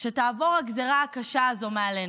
שתעבור הגזרה הקשה הזו מעלינו,